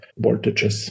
voltages